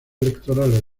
electorales